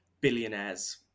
billionaires